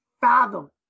fathom